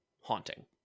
haunting